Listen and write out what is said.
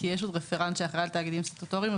כי יש עוד רפרנט שאחראי על תאגידים סטטוטוריים,